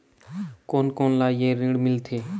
कोन कोन ला ये ऋण मिलथे?